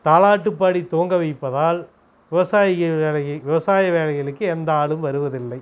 தாலாட்டு பாடி தூங்க வைப்பதால் விவசாயிக வேலைக்கு விவசாய வேலைகளுக்கு எந்த ஆளும் வருவதில்லை